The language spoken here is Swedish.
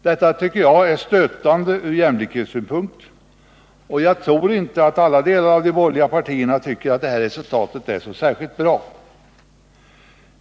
Detta tycker jag är stötande från jämlikhetssynpunkt, och jag tror inte att alla delar av de borgerliga partierna tycker att detta resultat är särskilt bra.